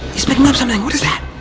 he's picking up something! what is that?